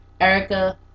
Erica